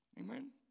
amen